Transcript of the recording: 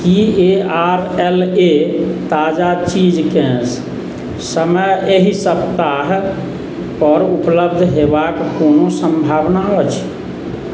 Ki A R L A ताजा चीजकेँ समय एहि सप्ताह पर उपलब्ध होयबाक कोनो सम्भावना अछि